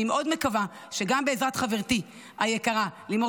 אני מאוד מקווה שגם בעזרת חברתי היקרה לימור